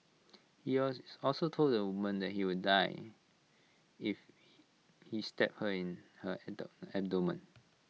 he also told the woman that she would die if he stabbed her abdomen